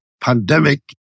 pandemic